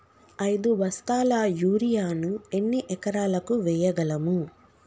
ఐదు బస్తాల యూరియా ను ఎన్ని ఎకరాలకు వేయగలము?